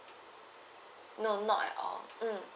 no not at all mm